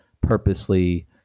purposely